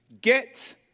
Get